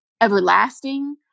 everlasting